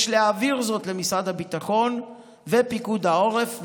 יש להעביר זאת למשרד הביטחון ופיקוד העורף,